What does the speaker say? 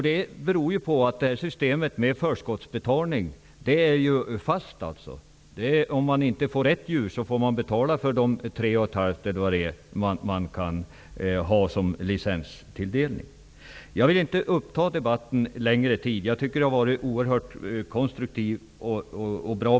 Det beror på att systemet med förskottsbetalning innebär fasta priser, dvs. om man inte får ''rätt'' djur får man i alla fall betala det belopp som gäller för ifrågavarande licenstilldelning. Jag avser inte att ta upp mer tid i denna debatt. Beskeden från jordbruksministern har varit oerhört konstruktiva och bra.